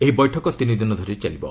ଏହି ବୈଠକ ତିନିଦିନ ଧରି ଚାଲିବ